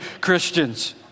Christians